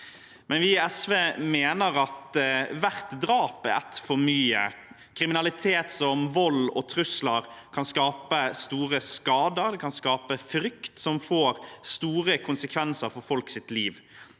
mener likevel at hvert drap er ett for mye. Kriminalitet som vold og trusler kan skape store skader, det kan skape frykt som får store konsekvenser for folks liv.